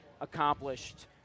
accomplished